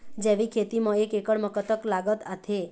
जैविक खेती म एक एकड़ म कतक लागत आथे?